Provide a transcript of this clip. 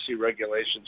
regulations